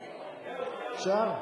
אפשר?